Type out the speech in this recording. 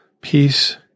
peace